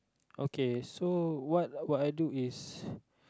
okay so what what I do is